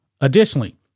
Additionally